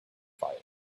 fire